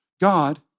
God